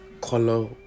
color